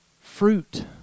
fruit